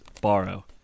Borrow